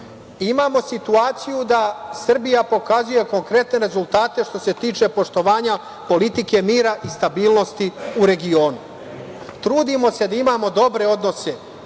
situaciju da Srbija pokazuje konkretne rezultate što se tiče poštovanja politike mira i stabilnosti u regionu. Trudimo se da imamo dobre odnose